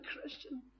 Christian